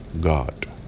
God